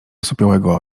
osłupiałego